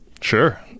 Sure